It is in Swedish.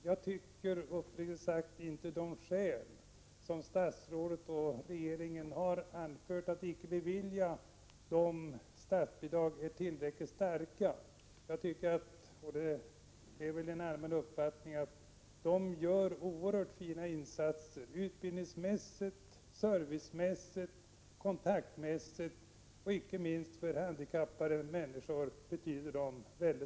Jag tycker uppriktigt sagt inte att de skäl som statsrådet och regeringen har anfört för att inte bevilja dem statsbidrag är tillräckligt starka. Jag tycker — och det är väl en allmän uppfattning — att de gör oerhört fina insatser. Utbildningsmässigt, servicemässigt, kontaktmässigt och icke minst för handikappade människor betyder de mycket.